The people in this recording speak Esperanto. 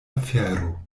afero